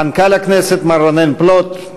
מנכ"ל הכנסת מר רונן פלוט,